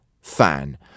fan